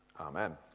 Amen